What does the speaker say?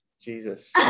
Jesus